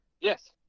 Yes